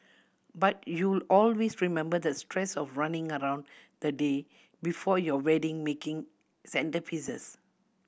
but you'll always remember the stress of running around the day before your wedding making centrepieces